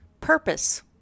purpose